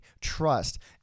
trust